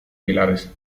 pilares